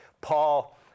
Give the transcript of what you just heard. Paul